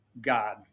God